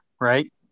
right